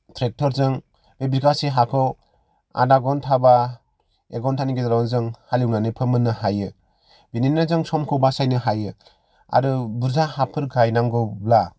ट्रेक्टरजों बिगासे हाखौ आदा घन्टा बा एक घन्टानि गेजेरावनो जों हालेवनानै फोमोन्नो हायो बिदिनो जों समखौ बासायनो हायो आरो बुरजा हाफोर गायनांगौब्ला